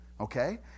okay